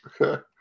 Okay